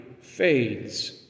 fades